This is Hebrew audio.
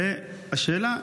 והשאלה,